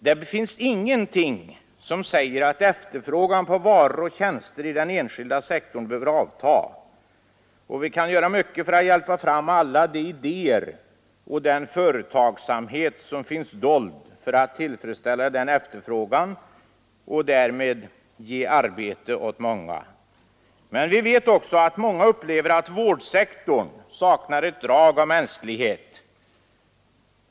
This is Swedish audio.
Det är ingenting som säger att efterfrågan på varor och tjänster inom den enskilda sektorn behöver avta. Och vi kan göra mycket för att hjälpa fram alla de idéer och all den företagsamhet som finns dolda för att tillfredsställa den efterfrågan och därmed ge arbete åt många. Men vi vet också att många upplever att vårdsektorn saknar ett drag av mänsklighet.